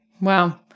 Wow